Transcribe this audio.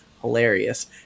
hilarious